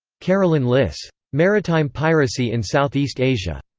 carolin liss. maritime piracy in southeast asia.